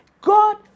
God